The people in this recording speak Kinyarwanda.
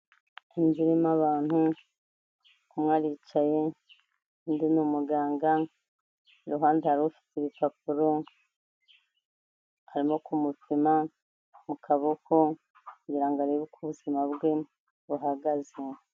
Inzu irimo abantu umwe aricaye undi ni umuganga, i ruhande hari ufite ibipapuro arimo kumupima mu kaboko kugirango arebe uko ubuzima bwe buhagaze.